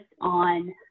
on